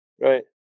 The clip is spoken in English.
Right